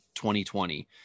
2020